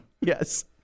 Yes